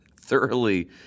thoroughly